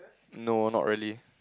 no not really